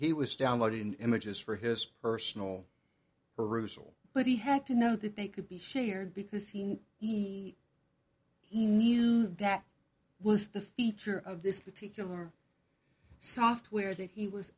he was downloading images for his personal perusal but he had to know that they could be shared because he knew that was the feature of this particular software that he was